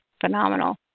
Phenomenal